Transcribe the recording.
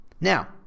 Now